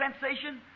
sensation